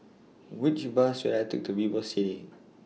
Which Bus should I Take to Vivocity